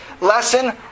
lesson